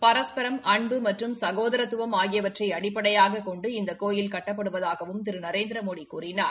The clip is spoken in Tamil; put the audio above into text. பரஸ்பரம் அன்பு மற்றும் சகோதரத்துவம் ஆகியவற்றை அடிப்படையாகக் கொண்டு இந்த கோவில் கட்டப்படுவதாகவும் திரு நரேந்திரமோடி கூறினார்